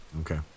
Okay